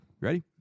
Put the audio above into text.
Ready